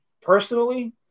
personally